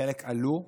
חלק עלו,